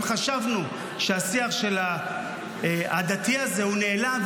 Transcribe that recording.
אם חשבנו שהשיח העדתי הזה נעלם,